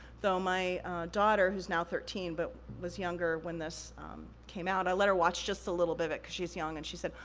though, my daughter, who's now thirteen, but was younger when this came out, i let her watch just a little bit of it, cause she's young, and she said,